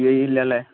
E ഇല്ലല്ലേ